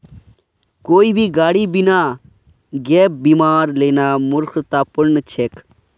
कोई भी गाड़ी बिना गैप बीमार लेना मूर्खतापूर्ण छेक